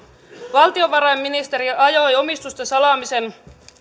valtiovarainministeriö ajoi omistusten salaamisen